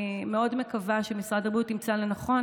אני מאוד מקווה שמשרד הבריאות ימצא לנכון